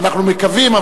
אנחנו מקווים,